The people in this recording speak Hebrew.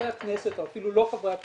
חברי כנסת או אפילו לא חברי כנסת,